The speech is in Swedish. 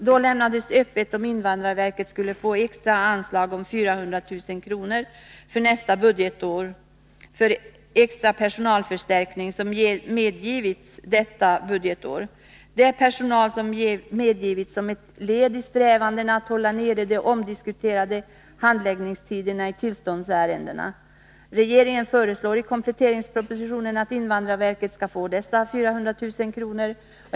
Då lämnades öppet om invandrarverket skulle få ett extra anslag med 400 000 kr. för att nästa budgetår ha kvar en extra personalförstärkning som medgivits för innevarande budgetår. Det är personal som medgivits som ett led i strävandena att hålla nere de omdiskuterade långa handläggningstiderna i tillståndsärendena. Regeringen föreslår i kompletteringspropositionen att invandrarverket skall få dessa 400 000 kr.